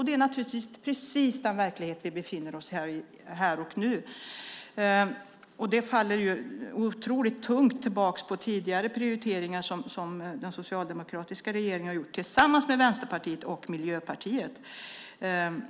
Det är precis den verklighet vi befinner oss i här och nu. Det faller tillbaka otroligt tungt på prioriteringar som den socialdemokratiska regeringen tidigare gjorde tillsammans med Vänsterpartiet och Miljöpartiet.